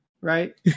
right